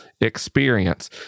experience